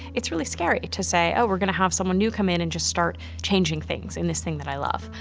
it's really scary to say, oh we're gonna have someone new come in and just start changing things in this thing that i love.